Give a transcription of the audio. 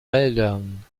wäldern